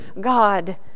God